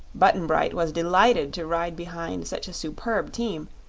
button-bright was delighted to ride behind such a superb team,